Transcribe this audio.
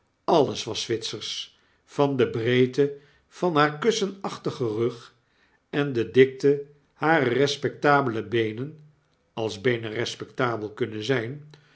alles was zwitsersch van de breedte van haar kussenachtigen rug en de dikte harer respectabele beenen als beenen respectabel kunnen zyn